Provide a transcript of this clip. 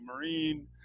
marine